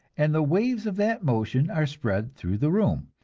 and the waves of that motion are spread through the room.